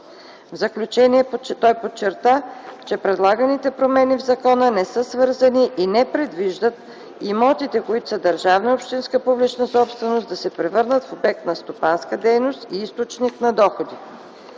В заключение той подчерта, че предлаганите промени в закона не са свързани и не предвиждат имотите, които са държавна и общинска публична собственост, да се превърнат в обект на стопанска дейност и източник на доходи.